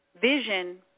vision